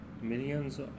millions